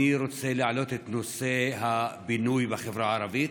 אני רוצה להעלות את נושא הבינוי בחברה הערבית.